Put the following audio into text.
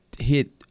hit